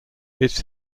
its